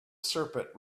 serpent